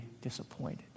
disappointed